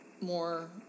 more